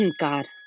God